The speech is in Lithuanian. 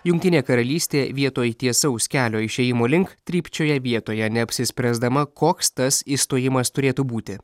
jungtinė karalystė vietoj tiesaus kelio išėjimo link trypčioja vietoje neapsispręsdama koks tas išstojimas turėtų būti